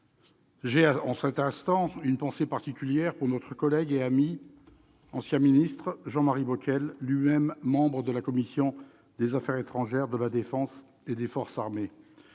J'ai, en cet instant, une pensée particulière pour notre collègue et ami, ancien ministre, Jean-Marie Bockel, lui-même membre de la commission des affaires étrangères, de la défense et des forces armées.